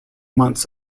months